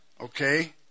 okay